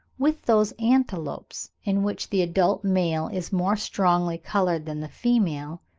with those antelopes in which the adult male is more strongly-coloured than the female,